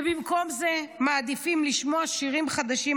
ובמקום זה מעדיפים לשמוע שירים חדשים,